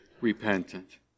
repentant